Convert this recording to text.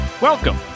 Welcome